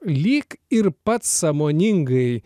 lyg ir pats sąmoningai